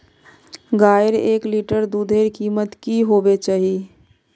गायेर एक लीटर दूधेर कीमत की होबे चही?